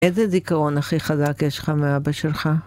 איזה זיכרון הכי חזק יש לך מאבא שלך?